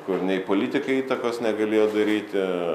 kur nei politikai įtakos negalėjo daryti